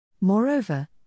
Moreover